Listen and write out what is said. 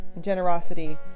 generosity